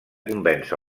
convèncer